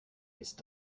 ist